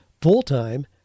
full-time